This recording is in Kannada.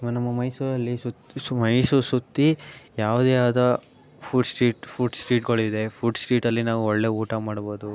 ನಮ್ಮ ಮೈಸೂರಲ್ಲಿ ಸುತ್ತ ಸು ಮೈಸೂರು ಸುತ್ತಿ ಯಾವುದೇ ಆದ ಫುಡ್ ಸ್ಟ್ರೀಟ್ ಫುಡ್ ಸ್ಟ್ರೀಟ್ಗಳಿದೆ ಫುಡ್ ಸ್ಟ್ರೀಟಲ್ಲಿ ನಾವು ಒಳ್ಳೆಯ ಊಟ ಮಾಡ್ಬೋದು